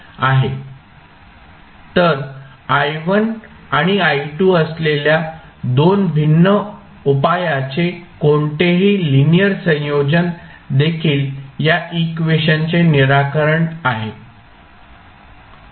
तर i1 आणि i2 असलेल्या 2 भिन्न उपायाचे कोणतेही लिनीअर संयोजन देखील या इक्वेशनचे निराकरण आहे